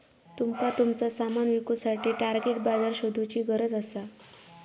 तुमका तुमचा सामान विकुसाठी टार्गेट बाजार शोधुची गरज असा